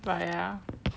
but ya